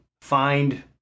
find